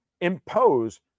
impose